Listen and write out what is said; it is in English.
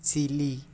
Chile